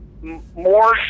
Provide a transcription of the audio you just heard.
more